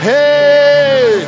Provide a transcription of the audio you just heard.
Hey